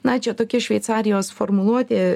na čia tokia šveicarijos formuluotė